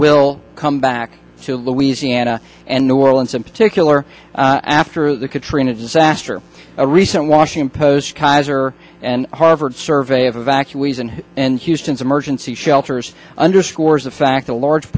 will come back to louisiana and new orleans in particular after the katrina disaster a recent washington post kaiser and harvard survey of evacuees and and houston's emergency shelters underscores the fact that a large